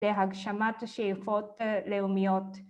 ‫להגשמת שאיפות לאומיות.